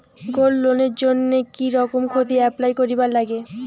Gold লোনের জইন্যে কি রকম করি অ্যাপ্লাই করিবার লাগে?